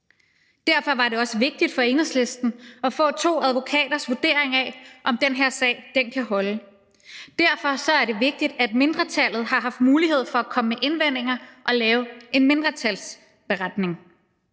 Derfor var det også vigtigt for Enhedslisten at få to advokaters vurdering af, om den her sag kan holde. Derfor er det vigtigt, at mindretallet har haft mulighed for at komme med indvendinger og lave en mindretalsberetning.